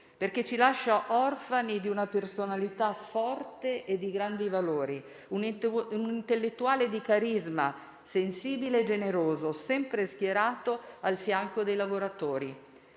perché ci lascia orfani di una personalità forte e di grandi valori. Un intellettuale di carisma, sensibile e generoso, sempre schierato al fianco dei lavoratori;